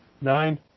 Nine